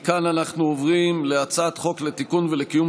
מכאן אנחנו עוברים להצעת חוק לתיקון ולקיום